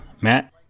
Matt